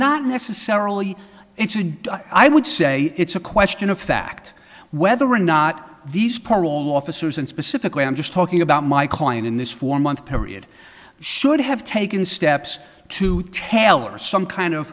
not necessarily if you do i would say it's a question of fact whether or not these parole officers and specifically i'm just talking about my client in this four month period should have taken steps to tell or some kind of